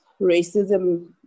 racism